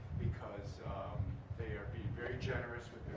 because they are being very generous